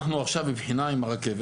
אנחנו עכשיו בבחינה עם הרכבת.